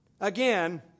Again